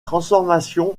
transformations